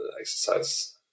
exercise